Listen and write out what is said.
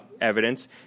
evidence